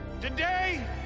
Today